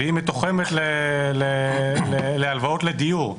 והיא מתוחמת להלוואות לדיור.